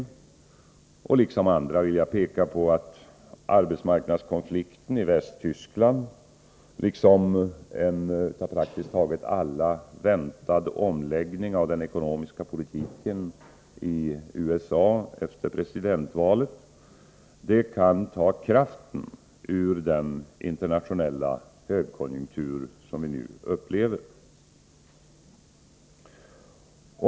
Som andra har gjort vill jag peka på att arbetsmarknadskonflikterna i Västtyskland liksom en av praktiskt taget alla väntad omläggning av den ekonomiska politiken i USA efter presidentvalet kan ta kraften ur den internationella högkonjunktur som vi nu upplever.